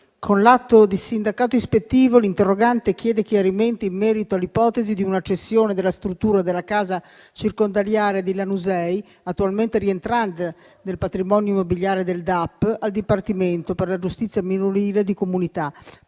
con l'atto di sindacato ispettivo l'interrogante chiede chiarimenti in merito all'ipotesi di una cessione della struttura della casa circondariale di Lanusei, attualmente rientrante nel patrimonio immobiliare del DAP, al Dipartimento per la giustizia minorile di comunità,